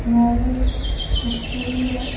Bharat Australia